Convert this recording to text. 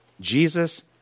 Jesus